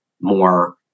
more